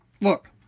look